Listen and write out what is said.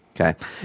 Okay